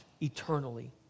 eternally